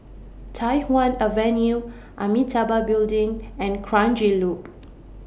Tai Hwan Avenue Amitabha Building and Kranji Loop